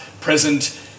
present